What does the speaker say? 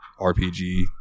RPG